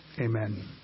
amen